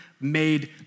made